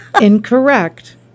Incorrect